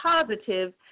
positive